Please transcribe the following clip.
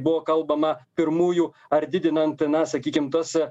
buvo kalbama pirmųjų ar didinant na sakykim tas